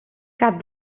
cap